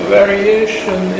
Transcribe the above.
variation